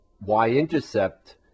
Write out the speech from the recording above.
y-intercept